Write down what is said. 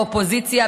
האופוזיציה,